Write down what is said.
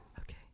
Okay